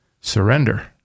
surrender